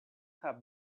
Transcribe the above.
have